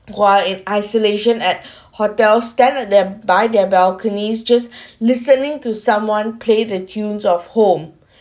while in isolation at hotel stand at them by their balconies just listening to someone play the tunes of home